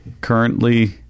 Currently